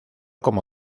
como